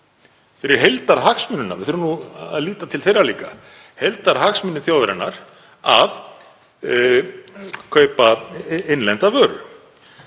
fyrir heildarhagsmunina, við þurfum nú að líta til þeirra líka, fyrir heildarhagsmuni þjóðarinnar að kaupa innlenda vöru.